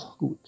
gut